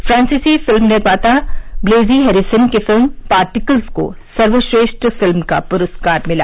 फांसीसी film निर्माता Blaise Harrison की film particles को सर्वश्रेष्ठ फिल्म का पुरस्कार मिला